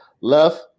Left